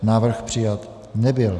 Návrh přijat nebyl.